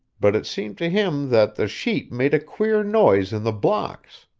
but it seemed to him that the sheet made a queer noise in the blocks.